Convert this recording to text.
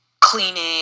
cleaning